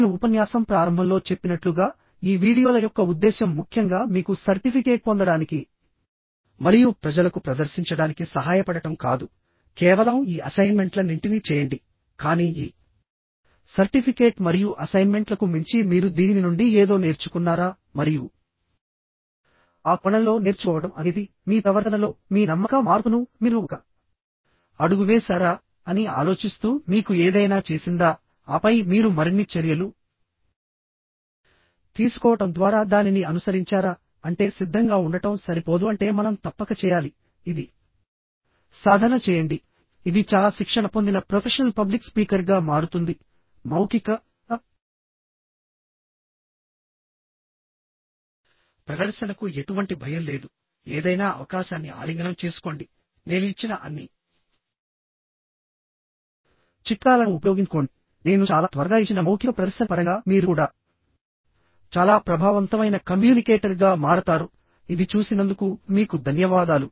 నేను ఉపన్యాసం ప్రారంభంలో చెప్పినట్లుగా ఈ వీడియోల యొక్క ఉద్దేశ్యం ముఖ్యంగా మీకు సర్టిఫికేట్ పొందడానికి మరియు ప్రజలకు ప్రదర్శించడానికి సహాయపడటం కాదు కేవలం ఈ అసైన్మెంట్లన్నింటినీ చేయండి కానీ ఈ సర్టిఫికేట్ మరియు అసైన్మెంట్లకు మించి మీరు దీని నుండి ఏదో నేర్చుకున్నారా మరియు ఆ కోణంలో నేర్చుకోవడం అనేది మీ ప్రవర్తనలో మీ నమ్మక మార్పును మీరు ఒక అడుగు వేశారా అని ఆలోచిస్తూ మీకు ఏదైనా చేసిందా ఆపై మీరు మరిన్ని చర్యలు తీసుకోవడం ద్వారా దానిని అనుసరించారా అంటే సిద్ధంగా ఉండటం సరిపోదు అంటే మనం తప్పక చేయాలి ఇది సాధన చేయండి ఇది చాలా శిక్షణ పొందిన ప్రొఫెషనల్ పబ్లిక్ స్పీకర్గా మారుతుంది మౌఖిక ప్రదర్శనకు ఎటువంటి భయం లేదు ఏదైనా అవకాశాన్ని ఆలింగనం చేసుకోండి నేను ఇచ్చిన అన్ని చిట్కాలను ఉపయోగించుకోండి నేను చాలా త్వరగా ఇచ్చిన మౌఖిక ప్రదర్శన పరంగా మీరు కూడా చాలా ప్రభావవంతమైన కమ్యూనికేటర్గా మారతారుఇది చూసినందుకు మీకు దన్యవాదాలు